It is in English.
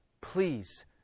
please